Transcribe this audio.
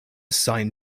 sign